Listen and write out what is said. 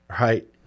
right